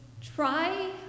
try